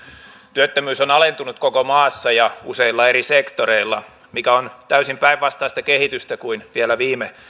työttömyys on alentunut koko maassa ja useilla eri sektoreilla mikä on täysin päinvastaista kehitystä kuin vielä viime